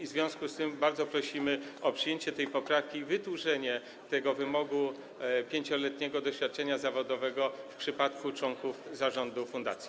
W związku z tym bardzo prosimy o przyjęcie tej poprawki, tego wymogu 5-letniego doświadczenia zawodowego w przypadku członków zarządu fundacji.